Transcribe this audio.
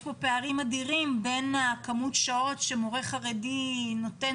יש פערים אדירים בין מספר השעות שמורה חרדי נותן